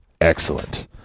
Excellent